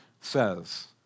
says